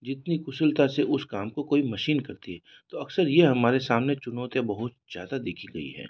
जितनी कुशलता से उस काम को कोई मशीन करती है तो अक्सर ये हमारे सामने चुनौतियाँ बहुत ज़्यादा देखी गई है